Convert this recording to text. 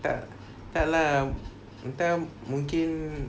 tak tak lah entah mungkin